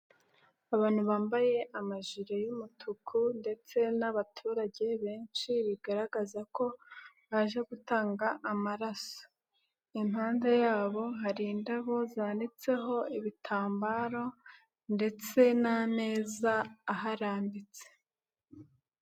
Abantu bambaye amajire y'umutuku ndetse n'abaturage benshi bigaragaza ko baje gutanga amaraso, impande yabo hari indabo zanitseho ibitambaro ndetse n'ameza aharambitse.